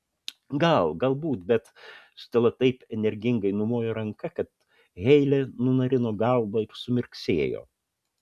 gal galbūt bet stela taip energingai numojo ranka kad heile nunarino galvą ir sumirksėjo